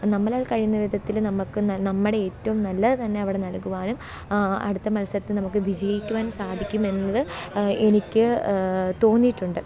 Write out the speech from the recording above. നമ്മളാല് കഴിയുന്ന വിധത്തില് നമുക്ക് നമ്മുടെ ഏറ്റവും നല്ലത് തന്നെ അവിടെ നല്കുവാനും അടുത്ത മത്സരത്തില് നമുക്ക് വിജയിക്കുവാന് സാധിക്കുമെന്നത് എനിക്ക് തോന്നിയിട്ടുണ്ട്